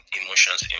emotions